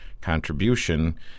contribution